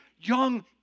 young